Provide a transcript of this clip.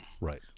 Right